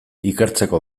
ikertzeko